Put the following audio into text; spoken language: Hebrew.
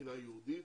מבחינה יהודית,